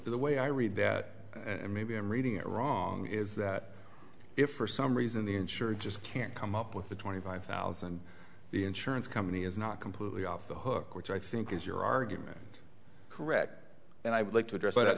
the way i read that and maybe i'm reading it wrong is that if for some reason the insurer just can't come up with the twenty five thousand the insurance company is not completely off the hook which i think is your argument correct and i would like to address